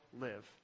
live